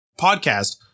podcast